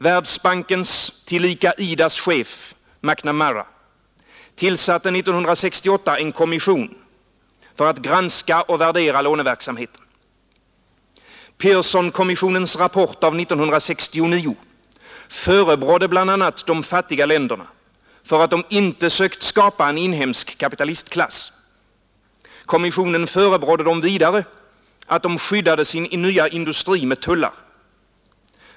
Världsbankens, tillika IDA:s chef, McNamara, tillsatte 1968 en kommission för att granska och värdera låneverksamheten. Pearsonkommissionens rapport av 1969 förebrådde bl.a. de fattiga länderna för att de inte sökt skapa en inhemsk kapitalistklass. Kommissionen förebrådde dem vidare att de skyddade sin nya industri med tullar.